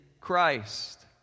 christ